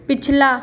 पिछला